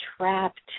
trapped